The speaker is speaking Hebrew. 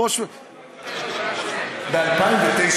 ב-2009,